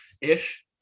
ish